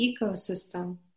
ecosystem